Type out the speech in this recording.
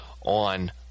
on